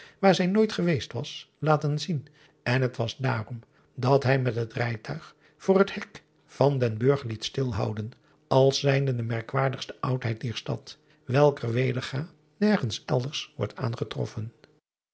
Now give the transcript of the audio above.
waar zij nooit geweest was laten zien en t was daarom dat hij met het rijtuig voor het hek van den urg liet stilhouden als zijnde de merkwaardigste oudheid dier stad welker wedergâ nergens elders wordt aangetroffen